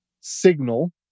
signal